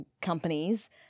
companies